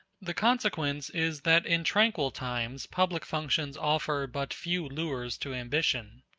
the consequence is that in tranquil times public functions offer but few lures to ambition.